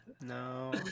no